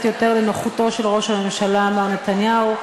יותר לנוחותו של ראש הממשלה מר נתניהו,